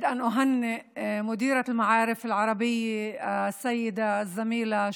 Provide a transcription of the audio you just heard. (אומרת דברים בשפה הערבית, להלן תרגומם: